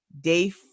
day